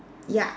ya